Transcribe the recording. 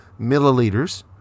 milliliters